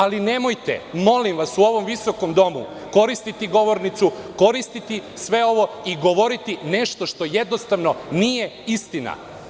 Ali, nemojte molim vas u ovom visokom domu koristiti govornicu, koristiti sve ovo i govoriti nešto što jednostavno nije istina.